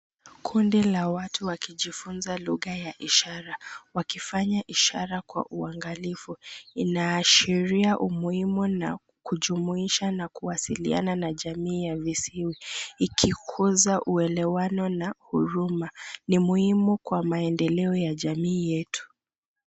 Kundi la watu wakijifunza lugha ya ishara wakifanya ishara kwa uangalifu. Inaashiria umuhimu na kujumuisha na kuwasiliana na jamii ya viziwi ikikuza uelewano na huruma. Ni muhimu kwa maendeleo ya jamii yetu.